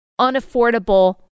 unaffordable